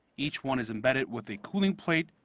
each one is embedded with a cooling plate,